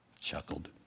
chuckled